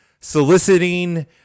soliciting